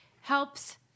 helps